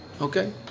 Okay